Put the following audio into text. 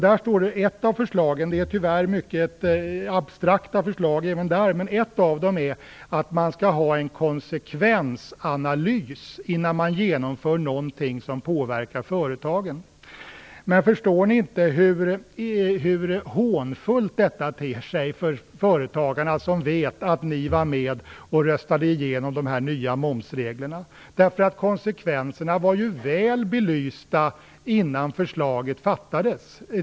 Det är tyvärr mycket abstrakta förslag som läggs fram även där, men ett av dem är att man skall ha en konsekvensanalys innan man genomför någonting som påverkar företagen. Men förstår ni inte hur hånfullt detta ter sig för företagarna, som vet att ni var med och röstade igenom de nya momsreglerna? Konsekvenserna var ju väl belysta innan beslutet fattades.